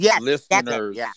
listeners